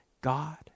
God